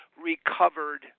recovered